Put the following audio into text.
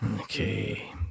Okay